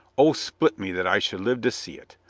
o split me that i should live to see it!